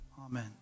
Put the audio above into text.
Amen